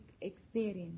experience